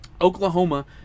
Oklahoma